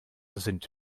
sind